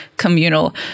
Communal